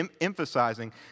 emphasizing